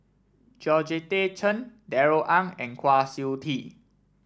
Georgette Chen Darrell Ang and Kwa Siew Tee